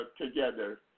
together